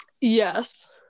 Yes